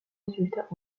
résultats